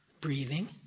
breathing